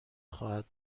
خواهد